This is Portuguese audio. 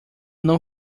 não